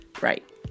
Right